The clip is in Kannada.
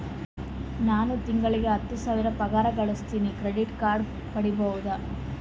ನಾನು ತಿಂಗಳಿಗೆ ಹತ್ತು ಸಾವಿರ ಪಗಾರ ಗಳಸತಿನಿ ಕ್ರೆಡಿಟ್ ಕಾರ್ಡ್ ಪಡಿಬಹುದಾ?